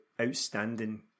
outstanding